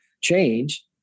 change